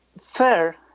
Fair